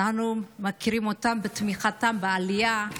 אנחנו מכירים אותם בתמיכתם בעלייה,